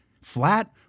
Flat